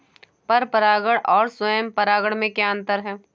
पर परागण और स्वयं परागण में क्या अंतर है?